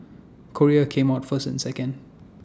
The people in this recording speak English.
Korea came out first and second